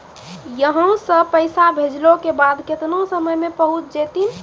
यहां सा पैसा भेजलो के बाद केतना समय मे पहुंच जैतीन?